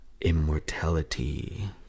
immortality